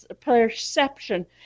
perception